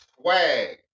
swag